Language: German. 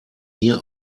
mir